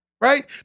Right